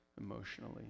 emotionally